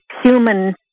human